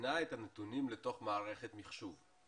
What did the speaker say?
מזינה את הנתונים לתוך מערכת מחשוב.